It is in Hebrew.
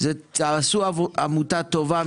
תעשו עמותה טובה,